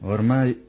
Ormai